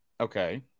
Okay